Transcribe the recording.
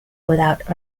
without